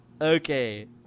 Okay